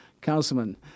Councilman